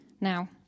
now